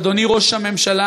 אדוני ראש הממשלה,